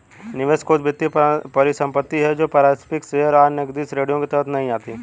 निवेश कोष वित्तीय परिसंपत्ति है जो पारंपरिक शेयर, आय, नकदी श्रेणियों के तहत नहीं आती